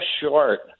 short